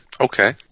Okay